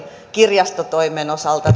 kirjastotoimen osalta